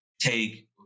take